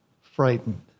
frightened